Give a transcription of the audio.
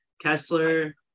Kessler